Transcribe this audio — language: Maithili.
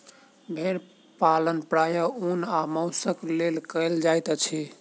भेड़ पालन प्रायः ऊन आ मौंसक लेल कयल जाइत अछि